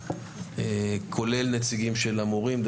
כולל נציגים של המורים.